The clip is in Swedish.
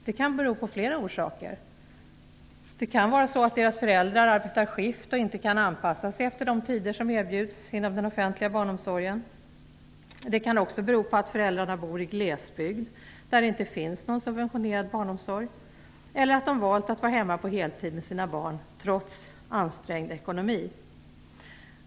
Det kan ha flera orsaker. Det kan vara så att deras föräldrar skiftarbetar och inte kan anpassa sig efter de tider som erbjuds inom den offentliga barnomsorgen. Det kan också bero på att föräldrarna bor i glesbygd, där det inte finns någon subventionerad barnomsorg. De kan också ha valt att vara hemma på heltid med sina barn, trots ansträngd ekonomi.